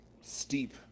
Steep